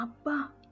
Abba